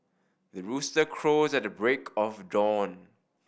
the rooster crows at the break of dawn